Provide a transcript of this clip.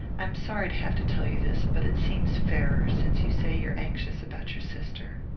i'm sorry to have to tell you this, but it seems fairer, since you say you're anxious about your sister.